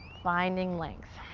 finding length.